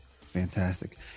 Fantastic